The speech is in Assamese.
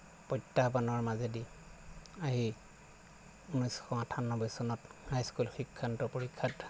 প্ৰত্যাহ্বানৰ মাজেদি আহি উনৈছশ আঠান্নব্বৈ চনত হাইস্কুল শিক্ষান্ত পৰীক্ষাত